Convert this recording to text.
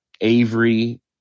Avery